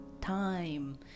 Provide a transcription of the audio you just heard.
time